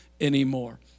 anymore